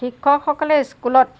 শিক্ষকসকলে স্কুলত